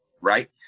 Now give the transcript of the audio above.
right